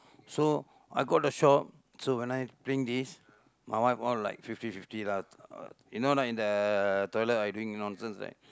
so I got the shop so when I playing this my wife all like fifty fifty lah uh you know right in the toilet what I doing nonsense right